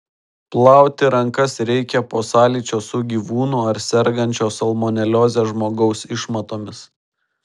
plauti rankas reikia po sąlyčio su gyvūnų ar sergančio salmonelioze žmogaus išmatomis